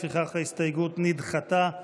לפיכך ההסתייגות נדחתה.